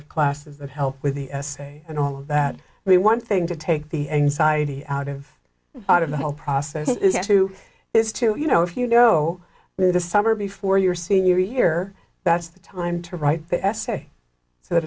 of classes that help with the essay and all of that i mean one thing to take the anxiety out of out of the whole process to is to you know if you go through the summer before your senior year that's the time to write the essay so that